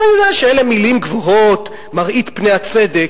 אני יודע שאלה מלים גבוהות, "מראית פני הצדק",